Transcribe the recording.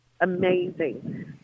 amazing